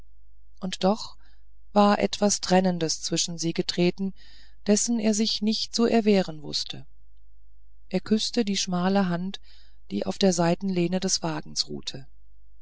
und doch war etwas trennendes zwischen sie getreten dessen er sich nicht zu erwehren wußte er küßte die schmale hand die auf der seitenlehne des wagens ruhte